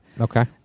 Okay